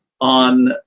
on